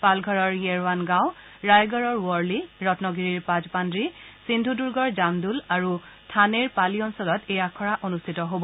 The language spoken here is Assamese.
পালঘৰৰ য়েৰৱান গাঁও ৰায়গড়ৰ ৱৰ্লি ৰমগীৰিৰ পাজপাড়ি সিন্ধু দুৰ্গৰ জামদুই আৰু থানেৰ পালী অঞ্চলত এই আখৰা অনুষ্ঠিত হ'ব